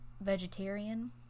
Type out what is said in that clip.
vegetarian